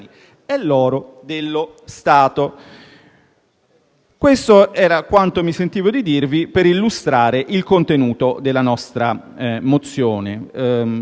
e dello Stato. Questo era quanto mi sentivo di dirvi per illustrare il contenuto della nostra mozione.